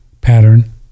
pattern